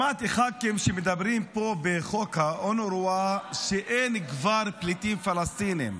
שמעתי ח"כים שאומרים פה בחוק האונר"א שאין כבר פליטים פלסטינים.